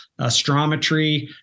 astrometry